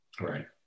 Right